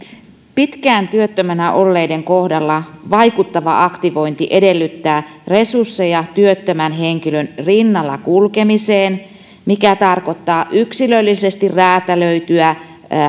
pitkään työttöminä olleiden kohdalla vaikuttava aktivointi edellyttää resursseja työttömän henkilön rinnalla kulkemiseen mikä tarkoittaa yksilöllisesti räätälöityä